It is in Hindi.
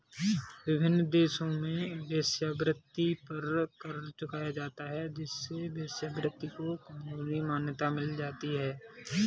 विभिन्न देशों में वेश्यावृत्ति पर कर चुकाया जाता है जिससे वेश्यावृत्ति को कानूनी मान्यता मिल जाती है